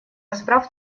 расправ